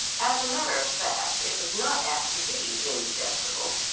as a matter of fact it was not apt to be indigestible.